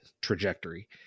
trajectory